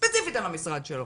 ספציפית על המשרד שלו,